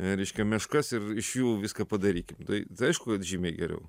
reiškia meškas ir iš jų viską padarykim tai aišku kad žymiai geriau